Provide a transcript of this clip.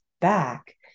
back